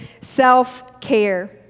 self-care